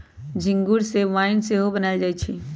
इंगूर से वाइन सेहो बनायल जाइ छइ